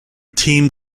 team